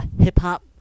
hip-hop